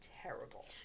Terrible